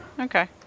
Okay